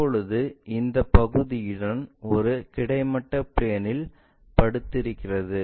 இப்போது இந்த பகுதியுடன் ஒரு கிடைமட்ட பிளேன்இல் படுத்திருக்கிறது